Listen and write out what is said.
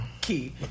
key